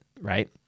right